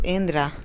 Indra